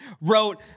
wrote